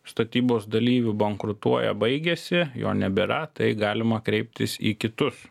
statybos dalyvių bankrutuoja baigiasi jo nebėra tai galima kreiptis į kitus